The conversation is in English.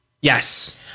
Yes